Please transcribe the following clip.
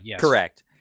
Correct